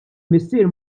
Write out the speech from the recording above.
missier